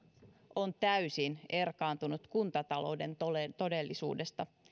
on täysin erkaantunut kuntatalouden todellisuudesta